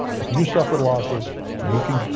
if you suffered losses you can,